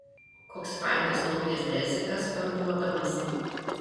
koks fainas naujas dezikas parduodamas